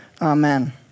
Amen